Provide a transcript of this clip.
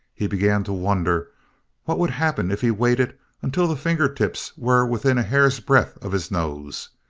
he began to wonder what would happen if he waited until the finger tips were within a hair's-breadth of his nose?